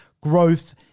growth